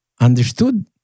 understood